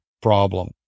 problem